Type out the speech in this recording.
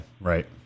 Right